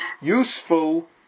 useful